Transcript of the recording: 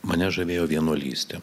mane žavėjo vienuolystė